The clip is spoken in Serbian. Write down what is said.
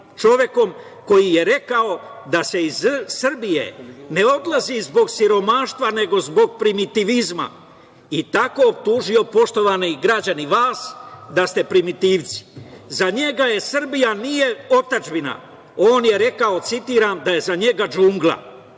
čovekom koji je rekao da se iz Srbije ne odlazi zbog siromaštva, nego zbog primitivizma i tako optužio, poštovani građani, vas da ste primitivci. Za njega Srbija nije otadžbina. On je rekao, citiram - da je za njega džungla.